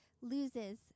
loses